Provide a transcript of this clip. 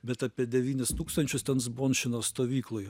bet apie devynis tūkstančius ten zbončinos stovykloj